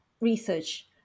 research